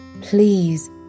Please